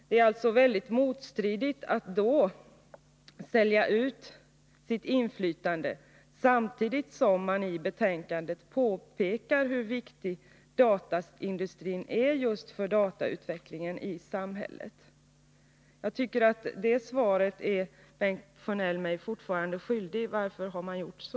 Det är motsägelsefullt att i det läget sälja ut sitt inflytande samtidigt som mani betänkandet påpekar hur viktig dataindustrin är för datautvecklingen i samhället. På den punkten är Bengt Sjönell mig fortfarande svaret skyldig. Varför har man gjort så?